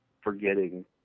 forgetting